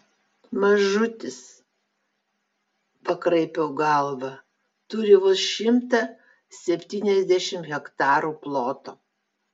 mažutis pakraipiau galvą turi vos šimtą septyniasdešimt hektarų ploto